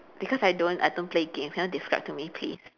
because I don't I don't play games can you describe to me please